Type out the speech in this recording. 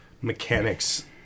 mechanics